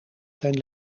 zijn